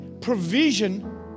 provision